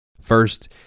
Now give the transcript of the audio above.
First